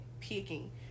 picking